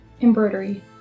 embroidery